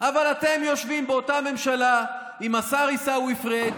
אבל אתם יושבים באותה ממשלה עם השר עיסאווי פריג',